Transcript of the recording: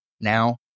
now